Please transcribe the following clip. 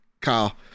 Kyle